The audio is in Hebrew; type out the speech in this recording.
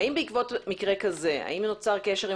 האם בעקבות מקרה כזה נוצר קשר עם